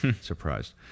surprised